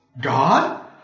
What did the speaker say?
God